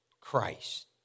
Christ